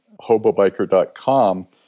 HoboBiker.com